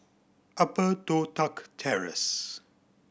Upper Toh Tuck Terrace